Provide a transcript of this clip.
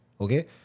okay